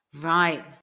Right